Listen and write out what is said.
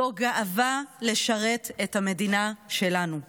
זו גאווה לשרת את המדינה שלנו.